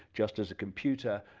just as a computer